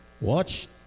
Watch